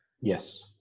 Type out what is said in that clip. Yes